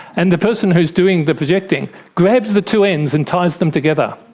and the person who is doing the projecting grabs the two ends and ties them together.